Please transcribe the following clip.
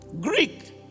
Greek